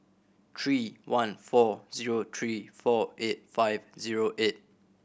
three one four zero three four eight five zero eight